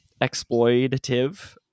exploitative